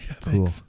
cool